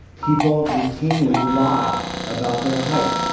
people routinely lie about their height,